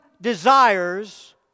desires